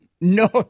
No